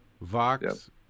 Vox